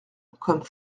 comme